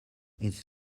its